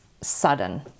sudden